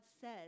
says